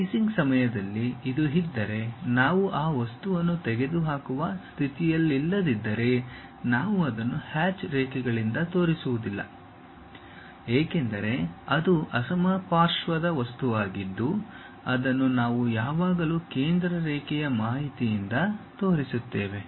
slicing ಸಮಯದಲ್ಲಿ ಇದು ಇದ್ದರೆ ನಾವು ಆ ವಸ್ತುವನ್ನು ತೆಗೆದುಹಾಕುವ ಸ್ಥಿತಿಯಲ್ಲಿಲ್ಲದಿದ್ದರೆ ನಾವು ಅದನ್ನು ಹ್ಯಾಚ್ ರೇಖೆಗಳಿಂದ ತೋರಿಸುವುದಿಲ್ಲ ಏಕೆಂದರೆ ಇದು ಅಸಮಪಾರ್ಶ್ವದ ವಸ್ತುವಾಗಿದ್ದು ಅದನ್ನು ನಾವು ಯಾವಾಗಲೂ ಕೇಂದ್ರ ರೇಖೆಯ ಮಾಹಿತಿಯಿಂದ ತೋರಿಸುತ್ತೇವೆ